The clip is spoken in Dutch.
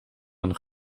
een